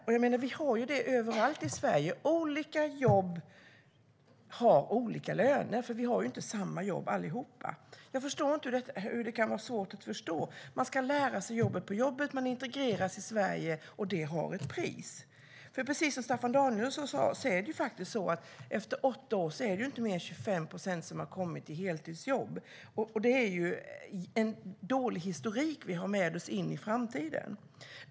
Det är så överallt i Sverige. Olika jobb ger olika löner. Alla har inte samma jobb. Jag förstår inte att det ska vara svårt att förstå. Man ska lära sig jobbet på jobbet, man integreras i Sverige - och det har ett pris. Precis som Staffan Danielsson sa har efter åtta år inte mer än 25 procent kommit in i heltidsjobb. Det är en dålig historik vi tar med oss in i framtiden.